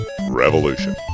Revolution